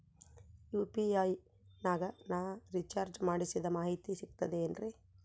UPI ನಾಗ ನಾ recharge ಮಾಡಿಸಿದ ಮಾಹಿತಿ ಸಿಕ್ತದೆ ಏನ್ರಿ?